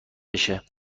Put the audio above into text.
بشه